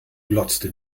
glotzte